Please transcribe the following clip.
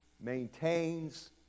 maintains